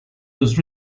was